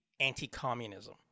anti-communism